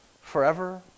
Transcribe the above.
Forever